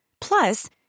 Plus